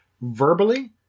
verbally